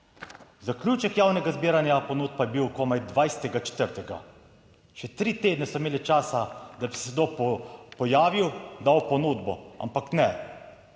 zaključek javnega zbiranja ponudb pa je bil komaj 20. 4. Še tri tedne so imeli časa, da bi se kdo pojavil, dal ponudbo, ampak ne.